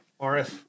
RF